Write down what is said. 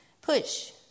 Push